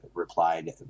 replied